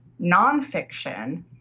nonfiction